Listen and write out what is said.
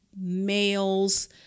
males